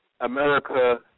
America